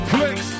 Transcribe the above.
Flex